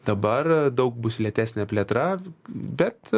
dabar daug bus lėtesnė plėtra bet